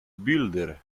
builder